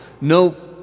no